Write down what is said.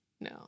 No